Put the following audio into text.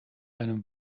einem